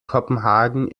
kopenhagen